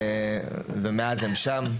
ומאז הם שם.